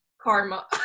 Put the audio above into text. Karma